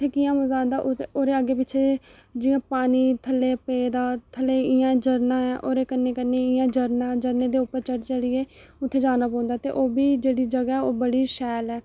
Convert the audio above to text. उत्थै कियां मजा आंदा ओह् ओह्दे अग्गै पिच्छें जियां पानी थल्ले पेदा थल्लै इयां झरना ऐ होर कन्नै कन्नै इयां झरना ऐ झरने दे उप्पर चढ़ी चढ़ियै उत्थै जाना पौंदा ते ओह् बी जेह्ड़ी जगह् ऐ ओह् बड़ी शैल ऐ